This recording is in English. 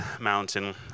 mountain